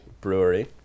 brewery